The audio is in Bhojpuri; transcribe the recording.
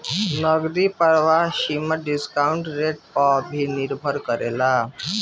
नगदी प्रवाह सीमा डिस्काउंट रेट पअ भी निर्भर करेला